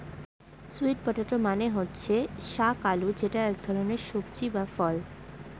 sweet potato মানে হচ্ছে শাক আলু যেটা এক ধরনের সবজি বা ফল